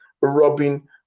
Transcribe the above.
Robin